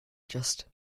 just